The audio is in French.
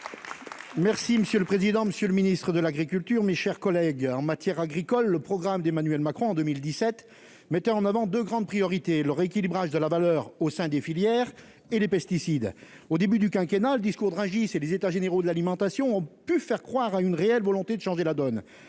Merci monsieur le président, Monsieur le Ministre de l'Agriculture, mes chers collègues en matière agricole, le programme d'Emmanuel Macron, en 2017 mettant en avant, de grandes priorités le rééquilibrage de la valeur au sein des filières et les pesticides au début du quinquennat le discours de Rungis et les états généraux de l'alimentation, on peut faire croire à une réelle volonté de changer la donne,